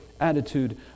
attitude